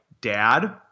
dad